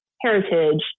heritage